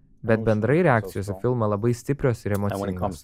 bet bendrai reakcijos į filmą labai stiprios ir emocingos